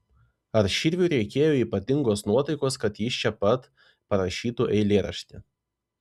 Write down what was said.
ar širviui reikėjo ypatingos nuotaikos kad jis čia pat parašytų eilėraštį